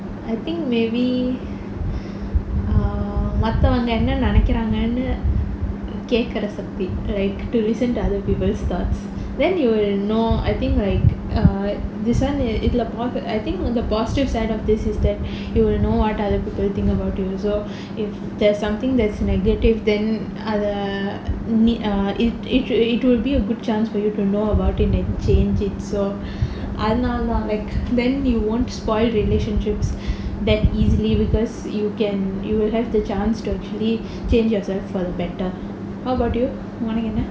I think maybe err மத்தவங்க என்ன நினைக்குறாங்கனு கேக்குற சக்தி:mattavanga enna ninaikkuraanganu kaekkura sakti like to listen to other people's thoughts then you will know I think like err this [one] if like I want to I think the positive side of this is that you will know what other people think about you so if there's something that's negative then uh err need err it it would it would be a good chance for you to know about it like change it so அத நாலேதான்:atha naalaethaan like then you won't spoil relationships that easily because you can you will have the chance to actually change yourself for the better how about you